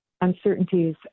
uncertainties